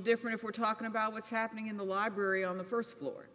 different if we're talking about what's happening in the library on the st floor